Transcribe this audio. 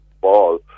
ball